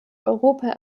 europa